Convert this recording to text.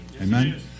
Amen